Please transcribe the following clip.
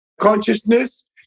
consciousness